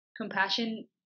compassion